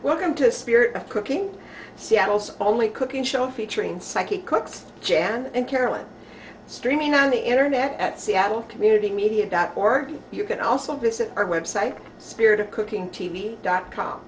welcome to the spirit of cooking seattle's only cooking show featuring psychic cooks jan and carolyn streaming on the internet at seattle community media dot org you can also visit our web site spirit of cooking t v dot com